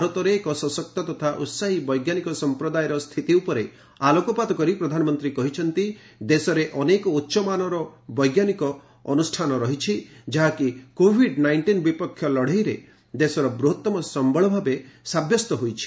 ଭାରତରେ ଏକ ସଶକ୍ତ ତଥା ଉହାହୀ ବୈଜ୍ଞାନିକ ସଂପ୍ରଦାୟର ସ୍ଥିତି ଉପରେ ଆଲୋକପାତ କରି ପ୍ରଧାନମନ୍ତ୍ରୀ କହିଛନ୍ତି ଦେଶରେ ଅନେକ ଉଚ୍ଚମାନର ବୈଜ୍ଞାନିକ ଅନୁଷ୍ଠାନ ରହିଛି ଯାହାକି କୋଭିଡ୍ ନାଇଷ୍ଟିନ୍ ବିପକ୍ଷ ଲଢ଼େଇରେ ଭାରତର ବୃହତମ ସମ୍ଭଳ ଭାବେ ସାବ୍ୟସ୍ତ ହୋଇଛି